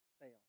fail